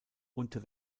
unter